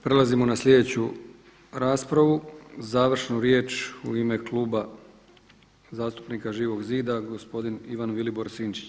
Prelazimo na slijedeću raspravu, završnu riječ u ime Kluba zastupnika Živog zida gospodin Ivan Vilibor Sinčić.